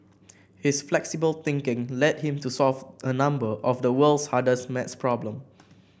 his flexible thinking led him to solve a number of the world's hardest maths problem